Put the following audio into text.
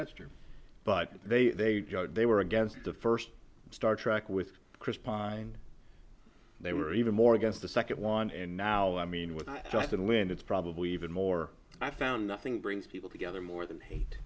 that's true but they they were against the first star trek with chris pine they were even more against the second one and now i mean with justin lind it's probably even more i found nothing brings people together more than hate